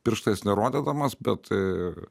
pirštais nerodydamas bet tai